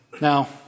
Now